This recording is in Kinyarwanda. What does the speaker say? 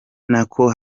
nako